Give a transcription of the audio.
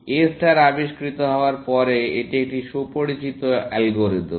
A star আবিষ্কৃত হওয়ার পরে এটি একটি সুপরিচিত অ্যালগরিদম